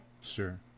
Sure